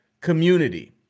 community